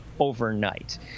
overnight